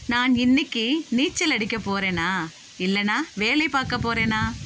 நான் இன்றைக்கி நீச்சல் அடிக்கப் போகிறேனா இல்லைனா வேலை பார்க்கப் போகிறேனா